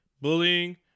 bullying